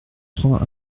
trois